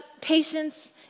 patience